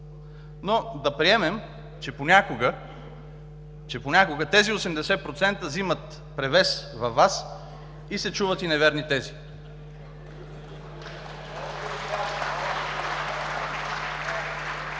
Но да приемем, че понякога тези 80% взимат превес във Вас и се чуват и неверни тези. (Реплики